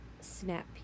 snap